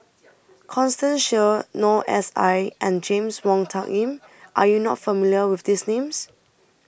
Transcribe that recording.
Constance Sheares Noor S I and James Wong Tuck Yim Are YOU not familiar with These Names